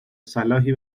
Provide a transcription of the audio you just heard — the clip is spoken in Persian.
صلاحی